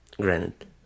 Granted